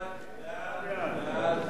חוק בתי-דין דתיים (יחידות סיוע),